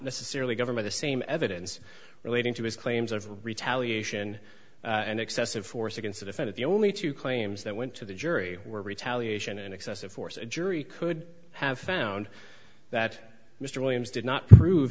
necessarily government the same evidence relating to his claims of retaliation and excessive force against the defendant the only two claims that went to the jury were retaliation and excessive force a jury could have found that mr williams did not prove